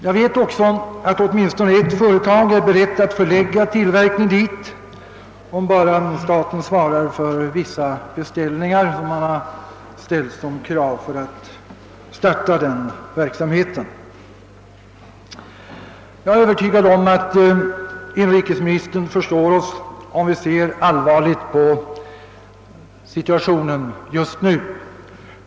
Jag vet också att åtminstone ett företag är berett att förlägga tillverkning till Ljusdal om staten bara svarar för vissa beställningar — detta är det krav som man ställt för att starta verksamheten. Jag är övertygad om att inrikesministern förstår oss när vi ser allvarligt på situationen just nu.